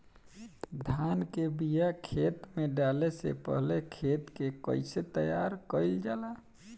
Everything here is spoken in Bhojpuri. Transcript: धान के बिया खेत में डाले से पहले खेत के कइसे तैयार कइल जाला?